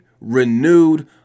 renewed